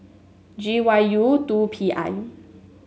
G Y U two P I